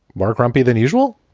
mark grumpy than usual.